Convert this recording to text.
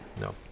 No